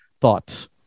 thoughts